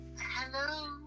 hello